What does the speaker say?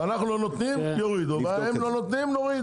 וכשאנחנו לא נותנים אנחנו גם נוריד.